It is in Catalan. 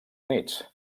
units